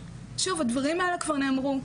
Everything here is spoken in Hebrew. שוב, הדברים האלה כבר נאמרו.